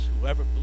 whoever